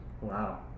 wow